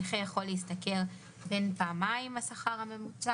הנכה יכול להשתכר בין פעמיים השכר הממוצע